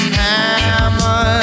hammer